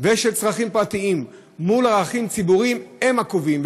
ושל צרכים פרטיים מול ערכים ציבוריים, הם הקובעים.